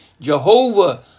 Jehovah